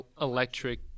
electric